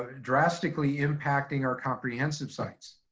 ah drastically impacting our comprehensive sites?